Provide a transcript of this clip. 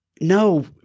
no